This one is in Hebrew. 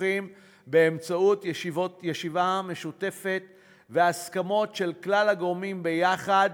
הסכסוכים בישיבה משותפת והסכמות של כלל הגורמים יחד,